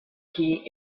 key